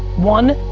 one,